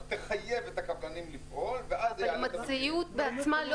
תחייב את הקבלנים לפעול -- אבל המציאות בעצמה לא